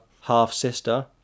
half-sister